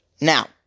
Now